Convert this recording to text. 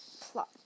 plot